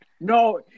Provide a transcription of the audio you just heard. No